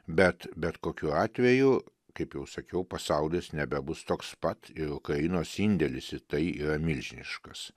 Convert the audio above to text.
bet bet kokiu atveju kaip jau sakiau pasaulis nebebus toks pat ir ukrainos indėlis į tai yra milžiniškas